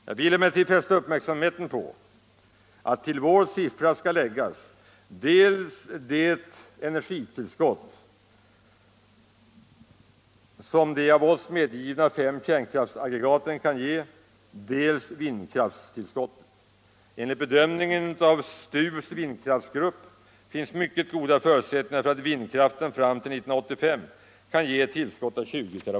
Jag vill emellertid fästa uppmärksamheten på att till vår siffra skall läggas dels det energitillskott som de av oss medgivna fem kärnkraftaggregaten kan ge, dels vindkraftstillskottet. Enligt bedömningen av STU:s vindkraftsgrupp finns mycket goda förutsättningar för att vindkraften fram till 1985 kan ge ett tillskott av 20 TWh.